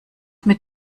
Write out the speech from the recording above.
mit